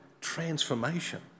transformation